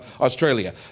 Australia